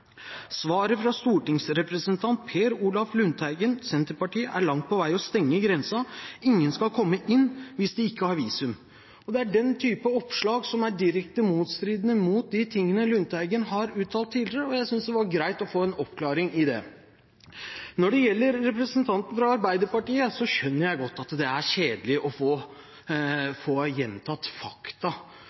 Svaret fra stortingsrepresentant Per Olaf Lundteigen er å langt på vei stenge grensa. Ingen skal få komme inn hvis de ikke har visum.» Det er den typen oppslag som er direkte motstridende i forhold til de tingene Lundteigen har uttalt tidligere, og jeg synes det var greit å få en oppklaring i det. Når det gjelder representanten fra Arbeiderpartiet, skjønner jeg godt at det er kjedelig å få gjentatt fakta